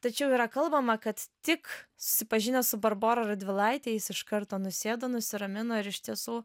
tačiau yra kalbama kad tik susipažinęs su barbora radvilaite jis iš karto nusėdo nusiramino ir iš tiesų